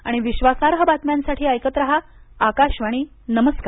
आणि विश्वासार्ह बातम्यांसाठी ऐकत राहा आकाशवाणी नमस्कार